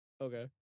Okay